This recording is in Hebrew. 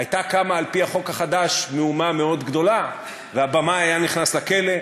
הייתה קמה על-פי החוק החדש מהומה מאוד גדולה והבמאי היה נכנס לכלא.